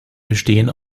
bestehen